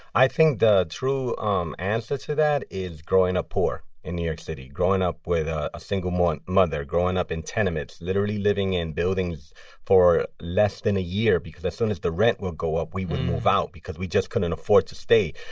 i think the true um answer to that is growing up poor in new york city, growing up with a single mother, growing up in tenements, literally living in buildings for less than a year because as soon as the rent would go up, we would move out because we just couldn't afford to stay.